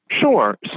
Sure